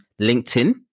LinkedIn